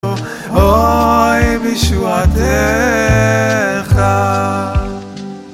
אוי, בישועתך